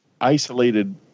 isolated